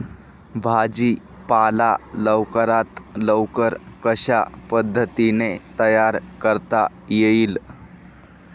भाजी पाला लवकरात लवकर कशा पद्धतीने तयार करता येईल?